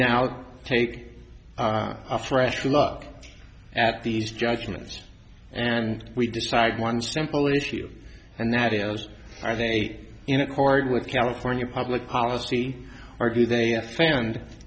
now take a fresh look at these judgments and we decide one simple issue and that is are they in accord with california public policy or do they